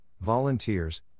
volunteers